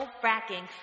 fracking